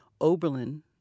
Oberlin